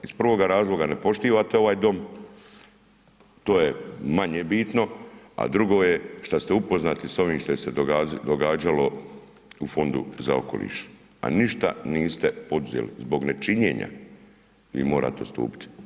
Iz prvoga razloga, ne poštivate ovaj Dom, to je manje bitno, a drugo je što ste upoznati s ovim što je se događalo u Fondu za okoliš, a niste ništa poduzeli, zbog nečinjena vi morate odstupiti.